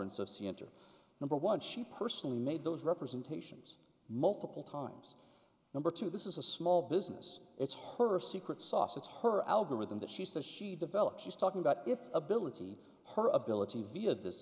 ence of c enter number one she personally made those representations multiple times number two this is a small business it's her secret sauce it's her algorithm that she says she developed she's talking about it's ability her ability via this